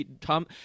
Tom